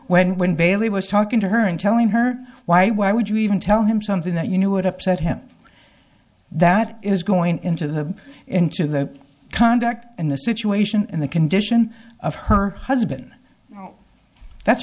when when bailey was talking to her and telling her why why would you even tell him something that you knew it upset him that is going into the into the conduct and the situation and the condition of her husband that's